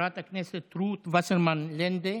חברת הכנסת רות וסרמן לנדה.